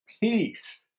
peace